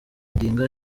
odinga